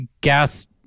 gas